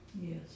Yes